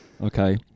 okay